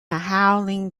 howling